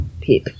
PIP